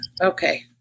Okay